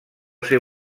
ser